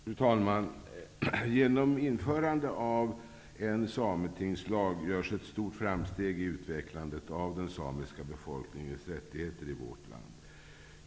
Fru talman! Genom införandet av en sametingslag görs ett stort framsteg i utvecklandet av den samiska befolkningens rättigheter i vårt land.